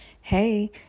Hey